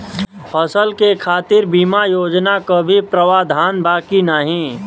फसल के खातीर बिमा योजना क भी प्रवाधान बा की नाही?